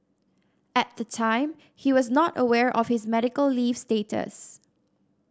at the time he was not aware of his medical leave status